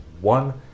one